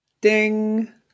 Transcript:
Ding